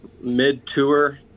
mid-tour